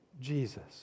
Jesus